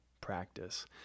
practice